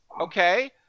Okay